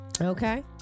Okay